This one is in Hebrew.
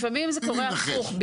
לפעמים קורה הפוך.